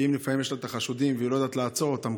כי אם לפעמים יש לה את החשודים והיא לא יודעת לעצור אותם,